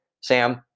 Sam